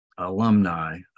alumni